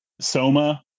Soma